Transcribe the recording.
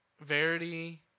Verity